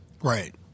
Right